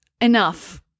enough